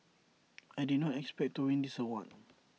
I did not expect to win this award